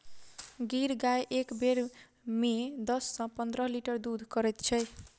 गिर गाय एक बेर मे दस सॅ पंद्रह लीटर दूध करैत छै